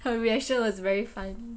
her reaction was very fun